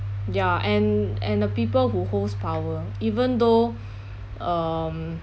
ya and and the people who holds power even though um